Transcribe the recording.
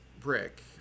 brick